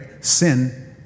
Sin